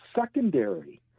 secondary